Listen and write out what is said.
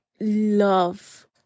love